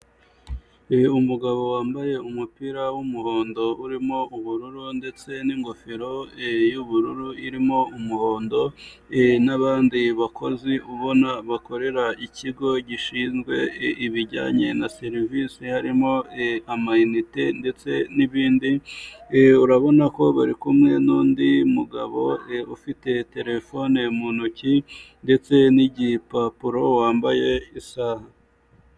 Umugabo wambaye umupira w'umuhondo urimo ubururu ndetse n'ingofero y'ubururu irimo umuhondo n'abandi bakozi ubona bakorera ikigo gishinzwe ibijyanye na serivisi harimo amaite ndetse n'ibindi. Urabona ko bari kumwe n'undi mugabo ufite terefone mu ntoki ndetse n'igihepapuro wambaye isaha.